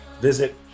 visit